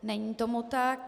Není tomu tak.